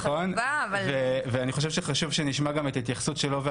ואני חושב שחשוב גם שנשמע את ההתייחסות שלו על